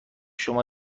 شما